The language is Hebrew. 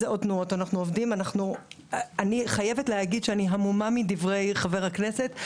אני חייבת להגיד שאני המומה מדברי חבר הכנסת.